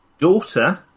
daughter